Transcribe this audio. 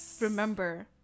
remember